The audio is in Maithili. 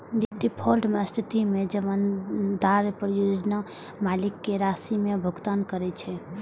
डिफॉल्ट के स्थिति मे जमानतदार परियोजना मालिक कें राशि के भुगतान करै छै